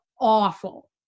awful